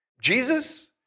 Jesus